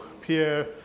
Pierre